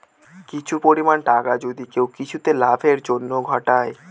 কিছু পরিমাণ টাকা যদি কেউ কিছুতে লাভের জন্য ঘটায়